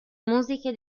musiche